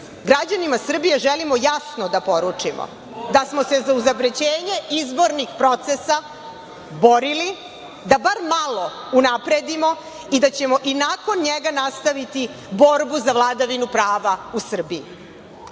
građanima Srbije želimo jasno da poručimo da smo se uz zaprećenje izbornih procesa borili da bar malo unapredimo i da ćemo i nakon njega i nastaviti borbu za vladavinu prava u Srbiji.